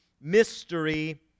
mystery